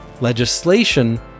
Legislation